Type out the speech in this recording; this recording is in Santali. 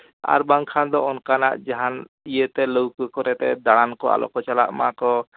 ᱟᱨ ᱵᱟᱝᱠᱷᱟᱱ ᱫᱚ ᱚᱱᱠᱟᱱᱟᱜ ᱡᱟᱦᱟᱱ ᱤᱭᱟᱹ ᱛᱮ ᱞᱟᱹᱣᱠᱟᱹ ᱠᱚᱨᱮᱛᱮ ᱫᱟᱬᱟᱱ ᱠᱚ ᱟᱞᱚ ᱠᱚ ᱪᱟᱞᱟᱜ ᱢᱟᱠᱚ